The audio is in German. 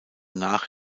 nach